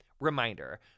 Reminder